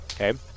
Okay